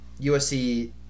USC